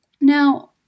Now